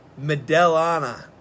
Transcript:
Medellana